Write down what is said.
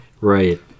right